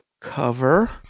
cover